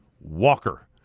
Walker